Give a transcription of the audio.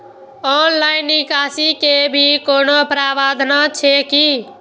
Online निकासी के भी कोनो प्रावधान छै की?